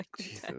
Jesus